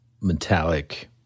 metallic